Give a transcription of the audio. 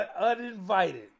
Uninvited